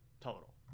Total